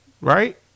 right